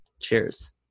Cheers